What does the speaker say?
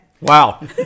Wow